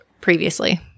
previously